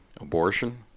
abortion